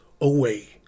away